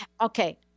okay